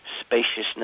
spaciousness